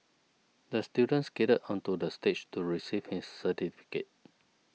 the student skated onto the stage to receive his certificate